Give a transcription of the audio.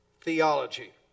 theology